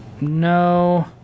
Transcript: no